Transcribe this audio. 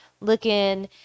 looking